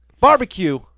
Barbecue